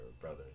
brother